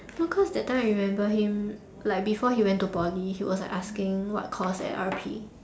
no cause that time I remember him like before he went to Poly he was like asking what course at R_P